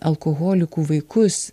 alkoholikų vaikus